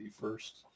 first